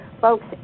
Folks